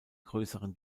grösseren